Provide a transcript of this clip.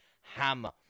hammer